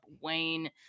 Wayne